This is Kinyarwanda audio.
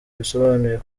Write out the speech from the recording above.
bisobanuye